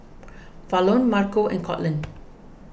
Falon Marco and Courtland